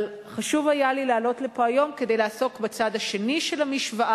אבל חשוב היה לי לעלות לפה היום כדי לעסוק בצד השני של המשוואה,